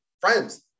Friends